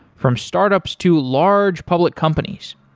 from startups to large public companies.